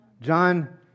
John